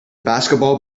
basketball